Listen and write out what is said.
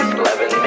eleven